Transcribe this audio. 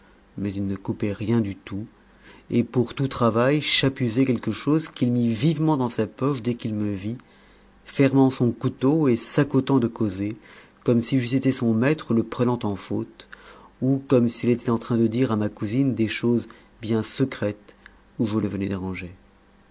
mais il ne coupait rien du tout et pour tout travail chapusait quelque chose qu'il mit vitement dans sa poche dès qu'il me vit fermant son couteau et s'accotant de causer comme si j'eusse été son maître le prenant en faute ou comme s'il était en train de dire à ma cousine de choses bien secrètes où je le venais déranger